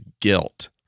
guilt